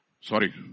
Sorry